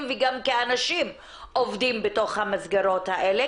וגם כאנשים עובדים בתוך המסגרות האלה,